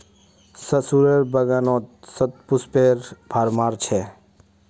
सुरेशेर बागानत शतपुष्पेर भरमार छ